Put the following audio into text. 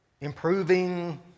improving